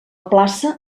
plaça